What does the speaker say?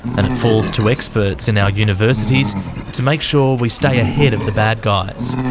and it falls to experts in our universities to make sure we stay ahead of the bad guys.